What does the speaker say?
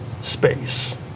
space